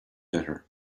better